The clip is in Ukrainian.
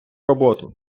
роботу